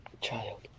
Child